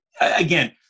again